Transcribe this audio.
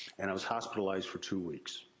and i was hospitalized for two weeks.